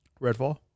Redfall